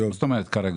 מה זאת אומרת: "כרגע"?